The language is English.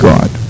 God